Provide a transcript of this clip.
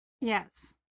Yes